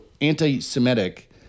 anti-Semitic